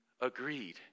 agreed